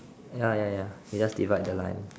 ya ya ya you just divide the line